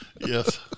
Yes